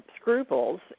scruples